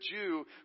Jew